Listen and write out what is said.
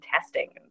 testing